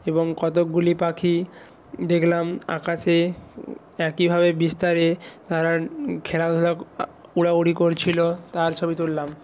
এবং কতকগুলি পাখি দেখলাম আকাশে একইভাবে বিস্তারে তারা খেলাধুলা উড়া উড়ি করছিলো তার ছবি তুললাম